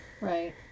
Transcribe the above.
Right